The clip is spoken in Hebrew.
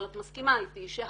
אבל את מסכימה איתי שהיו,